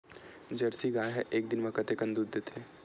Jersey गाय ह एक दिन म कतेकन दूध देथे?